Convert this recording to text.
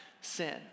sin